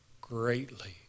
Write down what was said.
greatly